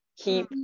keep